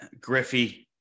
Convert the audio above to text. Griffey